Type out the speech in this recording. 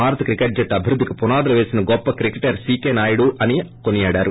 భారత క్రికెట్ జట్టు అభివృద్ధికి పునాదులు పేసిన గొప్ప క్రికెటర్ సీకే నాయుడు అని కొనియాడారు